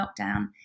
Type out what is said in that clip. lockdown